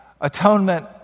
atonement